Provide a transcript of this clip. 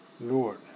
Lord